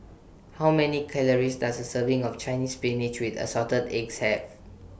How Many Calories Does A Serving of Chinese Spinach with Assorted Eggs Have